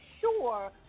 sure